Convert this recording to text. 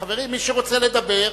חברים, מי שרוצה לדבר,